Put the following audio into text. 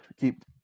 keep